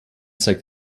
zeigt